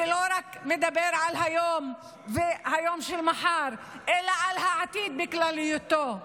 ולא רק מדבר על היום ועל מחר אלא על העתיד בכלליותו.